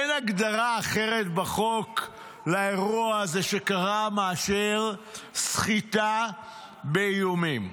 אין הגדרה אחרת בחוק לאירוע הזה שקרה מאשר סחיטה באיומים.